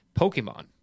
Pokemon